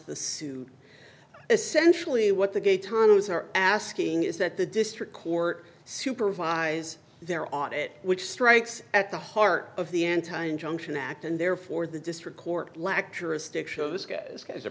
the suit essentially what the gay times are asking is that the district court supervise their audit which strikes at the heart of the anti injunction act and therefore the district court